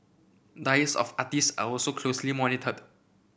diets of artistes are also closely monitored